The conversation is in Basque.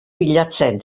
bilatzen